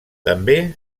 també